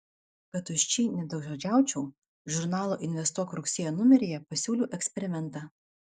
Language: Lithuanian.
kad tuščiai nedaugžodžiaučiau žurnalo investuok rugsėjo numeryje pasiūliau eksperimentą